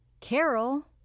Carol